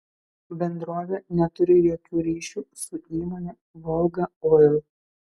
bendrovė neturi jokių ryšių su įmone volga oil